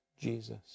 Jesus